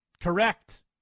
Correct